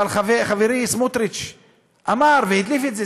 אבל חברי סמוטריץ אמר והדליף את זה,